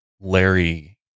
Larry